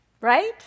Right